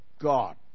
God